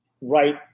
right